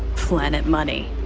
planet money